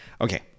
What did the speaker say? Okay